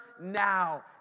now